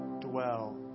dwell